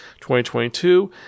2022